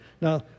Now